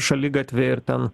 šaligatviai ir ten